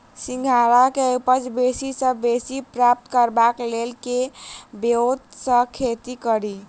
सिंघाड़ा केँ उपज बेसी सऽ बेसी प्राप्त करबाक लेल केँ ब्योंत सऽ खेती कड़ी?